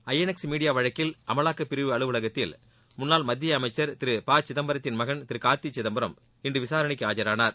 ஐ N X media வழக்கில் அமலாக்கப்பிரிவு அலுவலகத்தில் முன்னாள் மத்திய அமைச்சர் திரு ப சிதம்பரத்தின் மகன் திரு கார்த்தி சிதம்பரம் இன்று விசாரணைக்கு ஆறரானார்